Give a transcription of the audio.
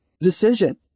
decision